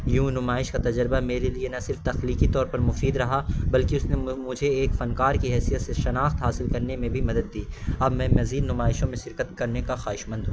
یوں نمائش کا تجربہ میرے لیے نہ صرف تخلیقی طور پر مفید رہا بلکہ اس نے مجھے ایک فنکار کی حیثیت سے شناخت حاصل کرنے میں بھی مدد دی اب میں مزید نمائشوں میں شرکت کرنے کا خواہش مند ہوں